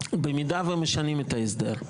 במידה שמשנים את ההסדר,